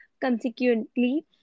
Consequently